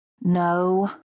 No